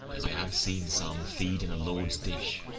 as i have seen some feed in a lord's dish,